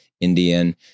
Indian